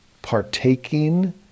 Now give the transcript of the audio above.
partaking